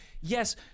Yes